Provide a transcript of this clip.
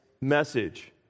message